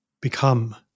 become